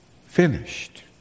finished